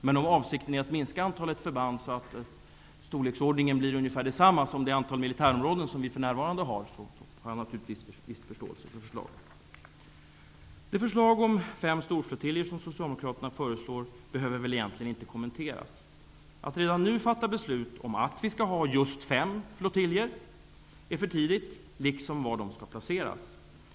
Men om avsikten är att minska antalet förband, så att antalet blir ungefär lika stort som det antal militärområden som vi för närvarande har, kan man naturligtvis ha en viss förståelse för förslaget. Socialdemokraterna för fram behöver knappast kommenteras. Att redan nu fatta beslut om att vi skall ha just fem flottiljer är för tidigt, liksom också att avgöra var dessa skall placeras.